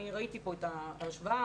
ראיתי פה את ההשוואה,